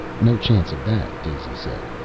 no chance of that, daisy said.